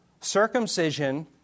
Circumcision